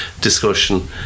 discussion